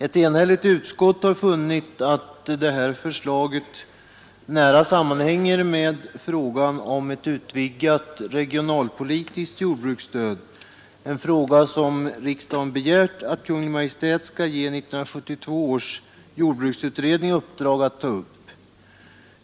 Ett enhälligt utskott har funnit att detta förslag nära sammanhänger med frågan om ett utvidgat regionalpolitiskt jordbruksstöd, en fråga som riksdagen begärt att Kungl. Maj:t skall ge 1972 års jordbruksutredning uppdrag att ta upp.